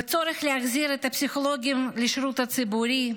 בצורך להחזיר את הפסיכולוגים לשירות הציבורי,